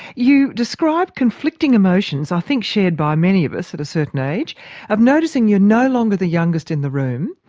you describe conflicting emotions i think shared by many of us at a certain age of noticing you're no longer the youngest in the room,